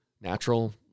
natural